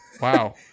Wow